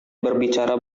berbicara